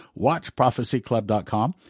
watchprophecyclub.com